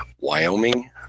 wyoming